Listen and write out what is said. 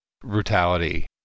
brutality